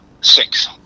six